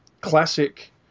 classic